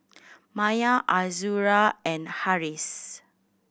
Maya Azura and Harris